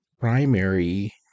primary